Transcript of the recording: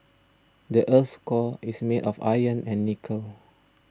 the earth's core is made of iron and nickel